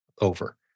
over